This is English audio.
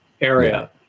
area